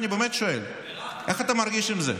יש כאן השלכות שקשורות לסמכויות של רופאים.